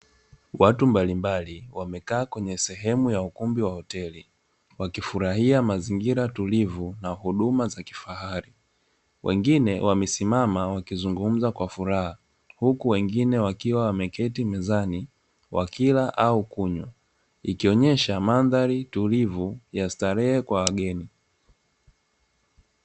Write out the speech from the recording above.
Watu mbalimbali wamekaa kwenye sehemu ya ukumbi wa hoteli wakifurahia mazingira tulivu na huduma za kifahari, wengine wamesimama wakizungumza kwa furaha huku wengine wakiwa wameketi mezani wakila au kunywa. Ikionyesha mandhari tulivu ya starehe kwa wageni.